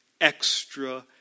extra